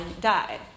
died